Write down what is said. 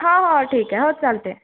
हां हां ठीक आहे हो चालते